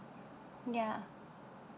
ya